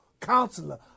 Counselor